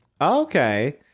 Okay